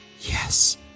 yes